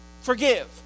forgive